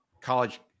college